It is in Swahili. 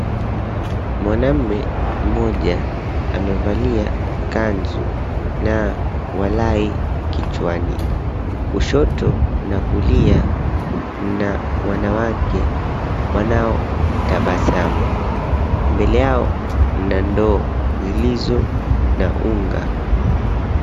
Mwnaume mmoja amevalia kanzu na walai kichwani. Kushoto na kulia mna wanawake wanaotabasamu, mbele yao mna ndoo zilizo na unga.